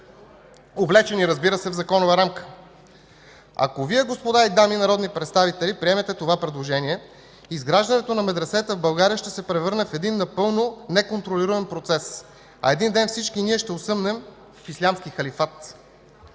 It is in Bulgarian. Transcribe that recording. облечени, разбира се, в законова рамка. Ако Вие, господа и дами народни представители, приемете това предложение, изграждането на медресета в България ще се превърне в един напълно неконтролируем процес, а един ден всички ние ще осъмнем в ислямски халифат.